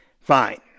fine